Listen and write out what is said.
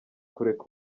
kureka